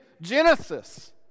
Genesis